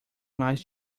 mais